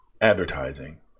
advertising